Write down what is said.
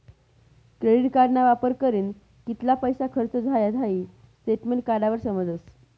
credit कार्डना वापर करीन कित्ला पैसा खर्च झायात हाई स्टेटमेंट काढावर समजस